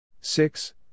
six